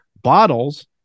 bottles